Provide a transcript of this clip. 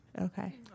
Okay